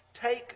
take